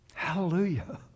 hallelujah